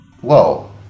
whoa